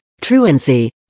truancy